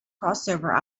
crossover